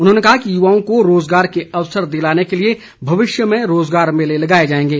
उन्होंने कहा कि युवाओं को रोजगार के अवसर दिलाने के लिए भविष्य में रोजगार मेले लगाए जाएंगे